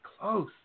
close